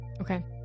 Okay